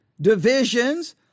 divisions